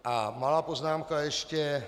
A malá poznámka ještě.